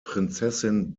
prinzessin